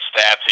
stats